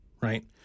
right